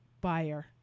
buyer